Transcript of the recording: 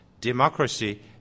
Democracy